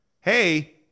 Hey